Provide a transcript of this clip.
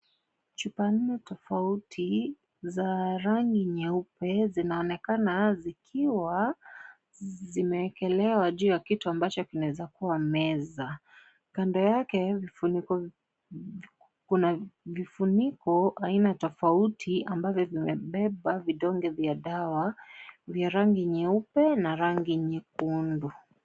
Chupa nne tofauti za rangi nyeupe zinaonekana zikiwa zimeekelewa juu ya kitu ambacho kinaweza kuwa meza, kando yake vifuniko kuna vifuniko aina tofauti ambavyo vimebeba vidonge vya dawa vya rangi nyeupe na vya rangi nyekundu.